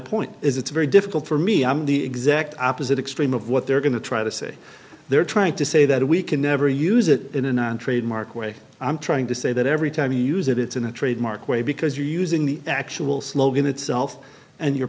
point is it's very difficult for me i'm the exact opposite extreme of what they're going to try to say they're trying to say that we can never use it in a non trademark way i'm trying to say that every time you use it it's in a trademark way because you're using the actual slogan itself and you